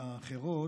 האחרות,